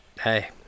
Hey